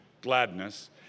gladness